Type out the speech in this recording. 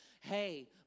hey